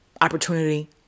opportunity